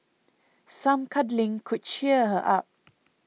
some cuddling could cheer her up